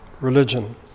religion